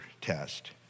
test